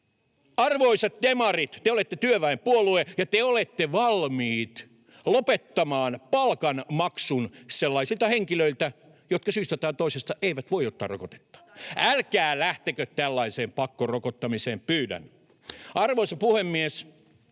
Arvoisat demarit, te olette työväenpuolue ja te olette valmiit lopettamaan palkanmaksun sellaisilta henkilöiltä, jotka syystä tai toisesta eivät voi ottaa rokotetta. [Vasemmalta: Tai halua!] Älkää lähtekö tällaiseen pakkorokottamiseen, pyydän. Arvoisa puhemies!